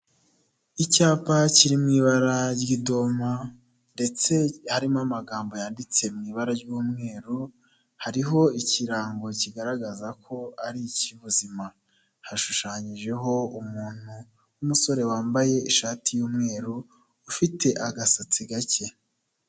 Icyapa kiri mu ibara ry'idoma, ndetse harimo amagambo yanditse mu ibara ry'umweru, hariho ikirango kigaragaza ko ari icy'ubuzima, hashushanyijeho umuntu w'umusore wambaye ishati y'umweru, ufite agasatsi gake.